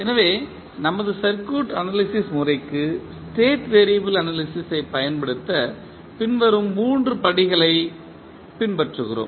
எனவே நமது circuit analysis முறைக்கு ஸ்டேட் வெறியபிள் அனாலிசிஸ் ஐ பயன்படுத்த பின்வரும் மூன்று படிகளைப் பின்பற்றுகிறோம்